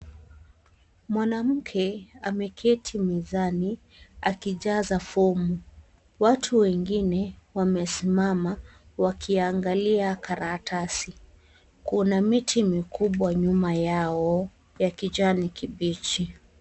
Mwanamke ameketi mezani akijaza fomu watu wengine wamesimama wakiangalia karatasi kuna miti mikubwa nyuma yao ya kijani kibichi.